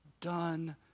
done